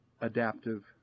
adaptive